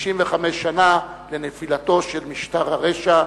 65 שנה לנפילתו של משטר הרשע,